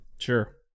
Sure